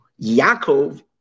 Yaakov